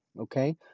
Okay